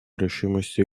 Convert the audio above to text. решимости